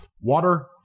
Water